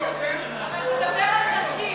אבל תדבר על נשים,